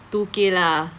two K lah